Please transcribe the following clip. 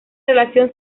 relación